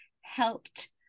helped